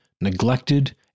neglected